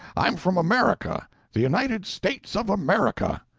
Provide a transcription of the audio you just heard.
i'm from america the united states of america.